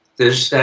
there's.